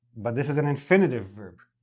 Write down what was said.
but this is an infinitive verb,